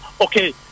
Okay